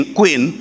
queen